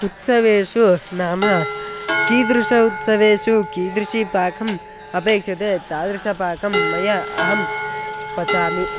उत्सवेषु नाम कीदृश उत्सवेषु कीदृशः पाकः अपेक्षते तादृशपाकं मया अहं पचामि